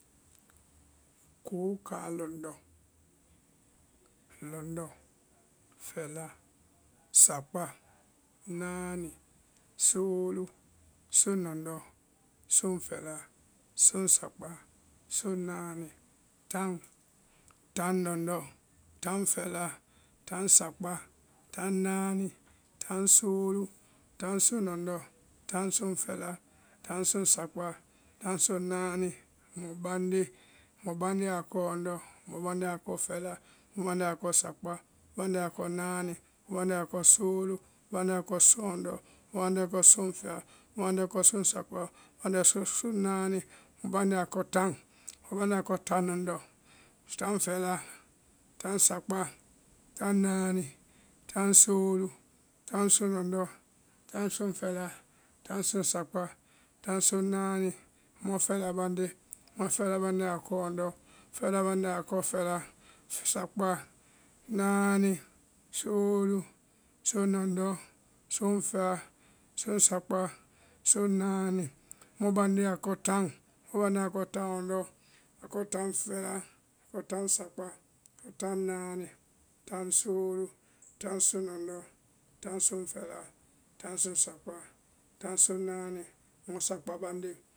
koo káa lɔndɔ, lɔndɔ, fɛla, sakpá, náani, soolu, soŋlɔndɔ, soŋfɛla, soŋsakpá, soŋnáani, taŋ, taŋlɔndɔ, taŋfɛla, taŋsakpá, taŋnáani, taŋsoolu, taŋsoŋlɔndɔ, taŋsoŋfɛla, taŋsoŋsakpá, taŋsoŋnáani, mɔbande, mɔbandɛ akɔ lɔndɔ́, mɔbande akɔ fɛla, mɔbande akɔ sakpá, mɔbande akɔ náani, mɔbande akɔ soolu, mɔbande akɔ soŋlɔndɔ́, mɔbande akɔ soŋfɛla, mɔbande akɔ soŋsakpá, mɔbande a soŋ soŋnáani. mɔbande akɔ taŋ, mɔbande akɔ taŋlɔndɔ, taŋfɛla, taŋsakpá, taŋnáani, taŋsoolu, taŋ soŋlɔndɔ́, taŋ soŋfɛla, taŋ soŋsakpá, taŋ soŋnáani, mɔfɛlabande, mɔfɛlabande akɔ lɔndɔ́, fɛlabande akɔ fɛla, fi sakpá, náani, soolu, soŋlɔndɔ, soŋfɛla, soŋsakpá, soŋnáani, mɔbande akɔ taŋ, mɔbande akɔ taŋlɔndɔ́, akɔ taŋlɔndɔ, akɔ taŋfɛla, akɔ taŋsakpá, taŋnáani, taŋsoolu, taŋsoŋlɔndɔ́, taŋsoŋfɛla, taŋsoŋsakpá, taŋsoŋnáani, mɔsakpábande,